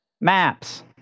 Maps